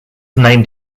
named